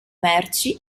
merci